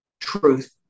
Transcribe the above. truth